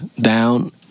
down